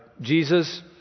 Jesus